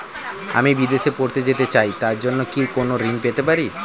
আমি বিদেশে পড়তে যেতে চাই তার জন্য কি কোন ঋণ পেতে পারি?